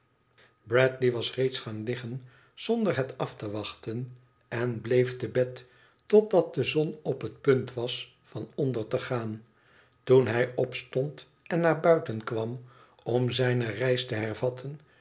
bradley was reeds gaan liggen zonder het af te wachten en bleef te bed totdat de zon op het punt was van onder te gaan toen hij opstond en naar buiten kwam om zijne reis te hervatten